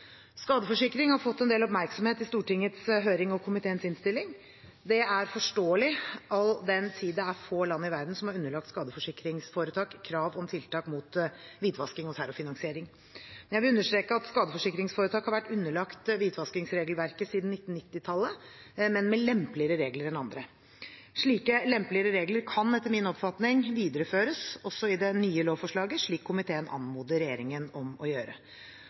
Skadeforsikring har fått en del oppmerksomhet i Stortingets høring og komiteens innstilling. Det er forståelig, all den tid det er få land i verden som har underlagt skadeforsikringsforetak krav om tiltak mot hvitvasking og terrorfinansiering. Jeg vil understreke at skadeforsikringsforetak har vært underlagt hvitvaskingsregelverket siden 1990-tallet, men med lempeligere regler enn andre. Slike lempeligere regler kan etter min oppfatning videreføres også i det nye lovforslaget, slik komiteen anmoder regjeringen om å gjøre.